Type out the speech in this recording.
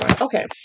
Okay